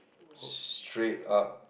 straight up